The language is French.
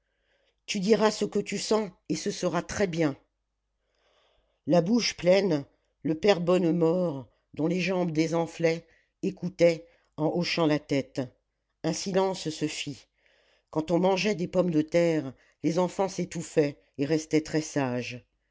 tu diras ce que tu sens et ce sera très bien la bouche pleine le père bonnemort dont les jambes désenflaient écoutait en hochant la tête un silence se fit quand on mangeait des pommes de terre les enfants s'étouffaient et restaient très sages